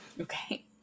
Okay